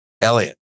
Elliot